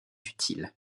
utile